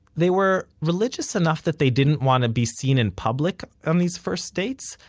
they were religious enough that they didn't want to be seen in public on these first dates,